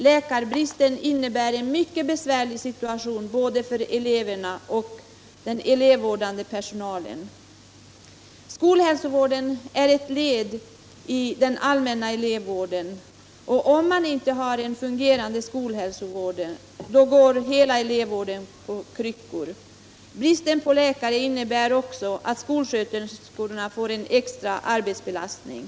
Läkarbristen innebär en mycket be Fredagen den svärlig situation för både eleverna och den elevvårdande personalen. Skol 2 december 1977 hälsovården är ju ett led i den allmänna elevvården, och om man inte har en fungerande skolhälsovård går hela elevvården på kryckor. Bristen Om undervisningen på läkare innebär också att skolsköterskorna får en extra arbetsbelastning.